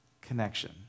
connection